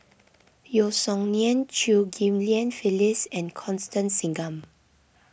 Yeo Song Nian Chew Ghim Lian Phyllis and Constance Singam